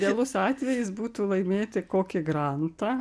idealus atvejis būtų laimėti kokį grantą